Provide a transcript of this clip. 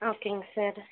ஓகேங்க சார்